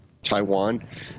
Taiwan